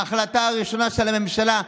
ההחלטה הראשונה של הממשלה,